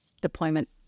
deployment